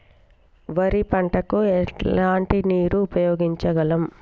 వరి పంట కు ఎలాంటి నీరు ఉపయోగించగలం?